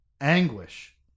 anguish